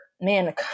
man